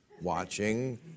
watching